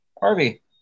Harvey